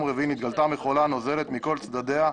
רביעי נתגלתה מכולה נוזלת מכל צדדיה".